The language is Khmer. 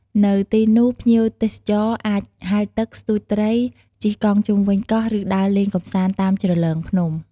នៅទីនោះ ភ្ញៀវទេសចរអាច ហែលទឹក ស្ទូចត្រី ជិះកង់ជុំវិញកោះ ឬដើរលេងកម្សាន្តតាមជ្រលងភ្នំ។